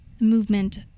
movement